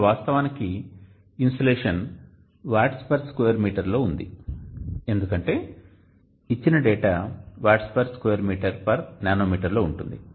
ఇక్కడ వాస్తవానికి insolation watts per square metre లో ఉంది ఎందుకంటే ఇచ్చిన data watts per square metre per nanometre లో ఉంటుంది